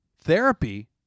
therapy